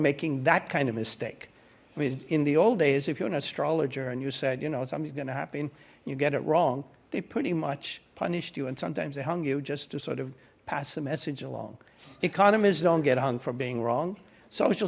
making that kind of mistake with in the old days if you're an astrologer and you said you know something's gonna happen you get it wrong they pretty much punished you and sometimes they hung you just to sort of pass the message along economists don't get hung for being wrong social